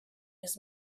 his